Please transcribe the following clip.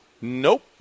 Nope